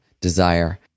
desire